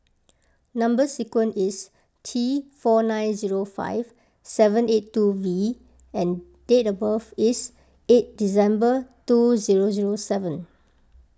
Number Sequence is T four nine zero five seven eight two V and date of birth is eight December two zero zero seven